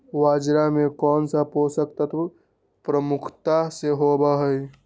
बाजरा में कौन सा पोषक तत्व प्रमुखता से होबा हई?